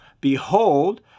behold